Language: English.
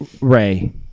Ray